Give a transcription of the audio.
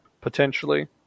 potentially